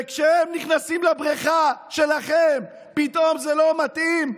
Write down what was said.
וכשהם נכנסים לבריכה שלכם, פתאום זה לא מתאים.